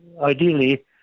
ideally